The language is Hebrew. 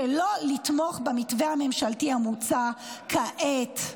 שלא לתמוך במתווה הממשלתי המוצע כעת".